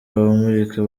abamurika